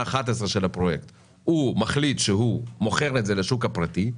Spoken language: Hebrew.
11 של הפרויקט - הוא מחליט שהוא מוכר את זה לשוק הפרטי,